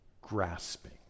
grasping